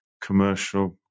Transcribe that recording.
commercial